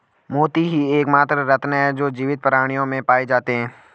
मोती ही एकमात्र रत्न है जो जीवित प्राणियों में पाए जाते है